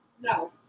no